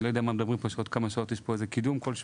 אני לא יודע מה מדברים פה שעוד כמה שעות יש פה קידום כלשהו,